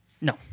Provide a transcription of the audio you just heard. No